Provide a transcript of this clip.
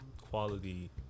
quality